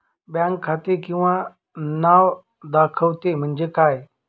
Bank खाते किंवा नाव दाखवते म्हणजे काय?